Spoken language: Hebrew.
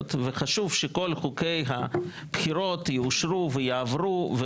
וחשוב שכל חוקי הבחירות יאושרו ויועברו.